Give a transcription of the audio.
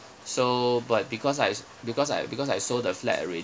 so but because I was because I because I sold the flat already